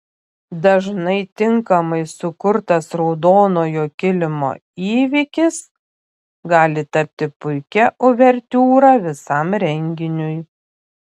dažnai tinkamai sukurtas raudonojo kilimo įvykis gali tapti puikia uvertiūra visam renginiui